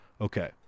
Okay